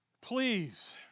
please